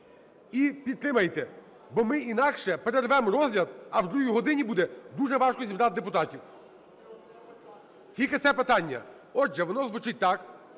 і підтримайте, бо інакше перервемо розгляд, а в другій годині буде дуже важко зібрати депутатів. Тільки це питання. Отже, воно звучить так.